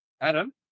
Adam